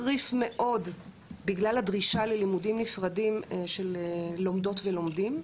מחריף מאוד בגלל הדרישה ללימודים נפרדים של לומדות ולומדים,